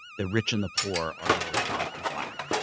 the rich and the poor are really white and black.